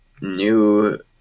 new